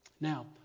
Now